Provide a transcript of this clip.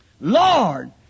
Lord